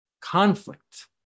conflict